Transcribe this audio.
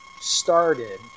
started